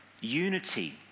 unity